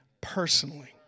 personally